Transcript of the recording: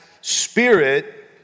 spirit